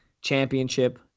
championship